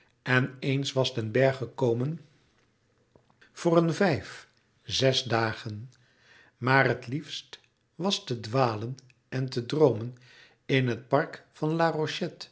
en eens was den bergh gekomen voor een louis couperus metamorfoze vijf zes dagen maar het liefste was te dwalen en te droomen in het park van